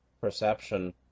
perception